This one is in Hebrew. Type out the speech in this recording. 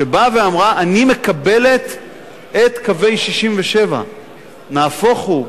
שבאה ואמרה: אני מקבלת את קווי 67'. נהפוך הוא.